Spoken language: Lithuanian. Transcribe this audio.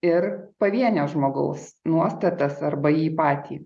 ir pavienio žmogaus nuostatas arba jį patį